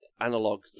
analog